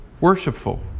worshipful